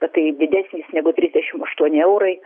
kad tai didesnis negu trisdešimt aštuoni eurai